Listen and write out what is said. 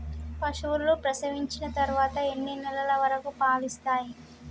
పశువులు ప్రసవించిన తర్వాత ఎన్ని నెలల వరకు పాలు ఇస్తాయి?